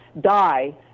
die